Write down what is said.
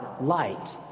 light